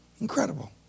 Incredible